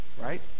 right